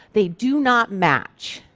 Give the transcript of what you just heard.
they do not match.